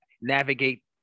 navigate